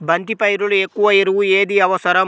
బంతి పైరులో ఎక్కువ ఎరువు ఏది అవసరం?